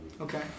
Okay